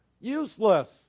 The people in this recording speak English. useless